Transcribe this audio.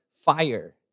fire